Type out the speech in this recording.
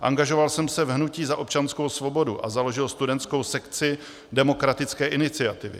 Angažoval jsem se v hnutí Za občanskou svobodu a založil studentskou sekci Demokratické iniciativy.